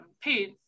paid